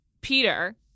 Peter